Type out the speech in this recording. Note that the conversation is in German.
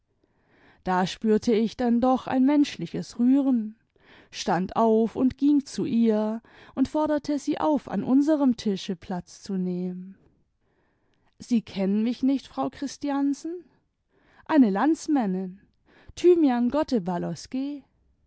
da spürte ich denn doch ein menschliches rühren stand auf und ging zu ihr und forderte sie auf an unserem tische platz zu nehmen sie kennen mich nicht frau christiansen eine landsmännin thymian